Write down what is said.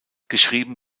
geschrieben